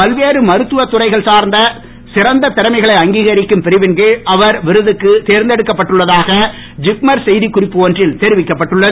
பல்வேறு மருத்துவ துறைகள் சார்ந்த சிறந்த திறமைகளை அங்கீகரிக்கும் பிரிவின் கீழ் அவர் விருதுக்கு தேர்ந்தெக்கப்பட்டுள்ளதாக திப்மர் செய்தி குறிப்பு ஒன்றில் தெரிவிக்கப்பட்டுள்ளது